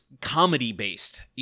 comedy-based